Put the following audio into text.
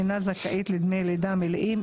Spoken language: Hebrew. אינה זכאית לדמי לידה מלאים,